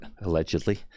allegedly